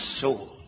soul